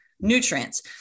nutrients